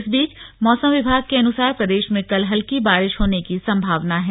इस बीच मौसम विभाग के अनुसार प्रदेश में कल हल्की बारिश होने की संभावना है